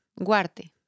Guarte